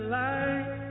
light